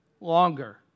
Longer